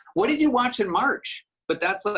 what did you watch in march? but that's, like,